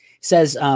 says